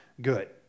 good